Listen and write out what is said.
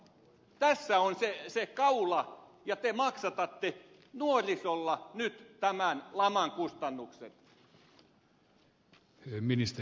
tässä on se kaula ja te maksatatte nuorisolla nyt tämän laman kustannukset